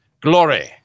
glory